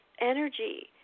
energy